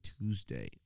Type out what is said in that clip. Tuesday